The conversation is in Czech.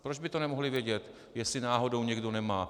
Proč by nemohly vědět, jestli náhodou někdo nemá?